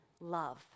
love